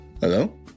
Hello